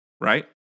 right